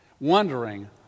wondering